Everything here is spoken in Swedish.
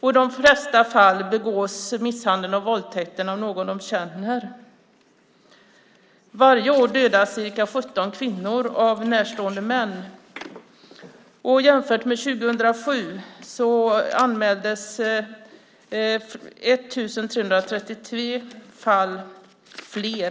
I de flesta fall begås misshandeln och våldtäkten av någon de känner. Varje år dödas ca 17 kvinnor av närstående män. Och jämfört med 2007 anmäldes 1 333 fler fall